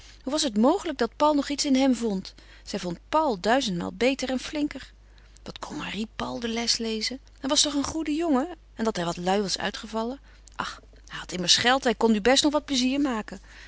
hoe was het mogelijk dat paul nog iets in hem vond zij vond paul duizendmaal beter en flinker wat kon marie paul de les lezen hij was toch een goede jongen en dat hij wat lui was uitgevallen ach hij had immers geld en kon best nu nog wat plezier maken